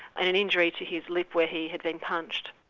and an injury to his lip where he had been punched.